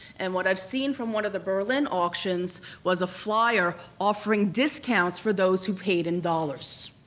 and what i've seen from one of the berlin auctions was a flyer offering discounts for those who paid in dollars.